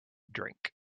drink